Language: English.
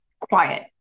quiet